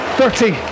thirty